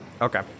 Okay